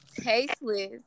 tasteless